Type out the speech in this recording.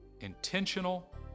intentional